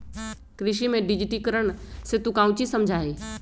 कृषि में डिजिटिकरण से तू काउची समझा हीं?